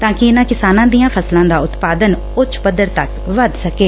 ਤਾਂ ਕਿ ਇਨਾਂ ਕਿਸਾਨਾਂ ਦੀਆਂ ਫਸਲਾਂ ਦਾ ੳਤਪਾਦਨ ੳੱਚ ਪੱਧਰ ਤੱਕ ਵੱਧ ਸਕੇ